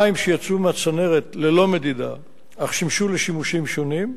מים שיצאו מהצנרת ללא מדידה אך שימשו לשימושים שונים,